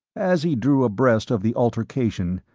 as he drew abreast of the altercation,